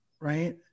Right